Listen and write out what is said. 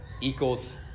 equals